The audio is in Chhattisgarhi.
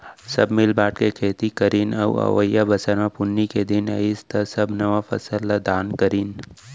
सब मिल बांट के खेती करीन अउ अवइया बछर म पुन्नी के दिन अइस त सब नवा फसल ल दान करिन